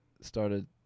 started